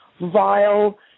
vile